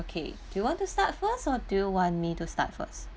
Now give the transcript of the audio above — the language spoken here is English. okay do you want to start first or do you want me to start first